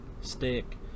Stick